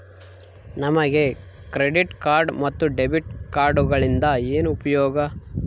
ನಮಗೆ credit card ಮತ್ತು debit ಕಾರ್ಡುಗಳಿಂದ ಏನು ಉಪಯೋಗ?